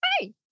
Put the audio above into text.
hey